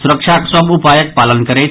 सुरक्षाक सभ उपायक पालन करैथ